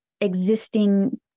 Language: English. existing